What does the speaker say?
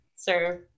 Sir